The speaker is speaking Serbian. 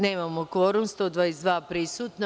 Nemamo kvorum, 122 prisutna.